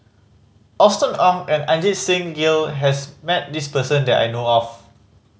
Austen Ong and Ajit Singh Gill has met this person that I know of